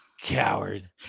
coward